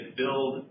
build